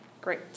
Great